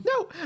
no